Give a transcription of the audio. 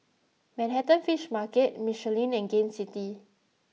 Manhattan Fish Market Michelin and Gain City